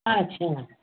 अच्छा